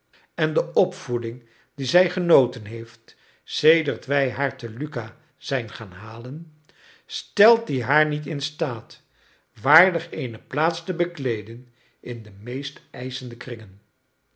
en de opvoeding die zij genoten heeft sedert wij haar te lucca zijn gaan halen stelt die haar niet in staat waardig eene plaats te bekleeden in de meest eischende kringen